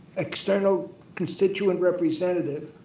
external constituent representative